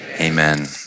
Amen